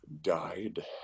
died